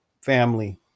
family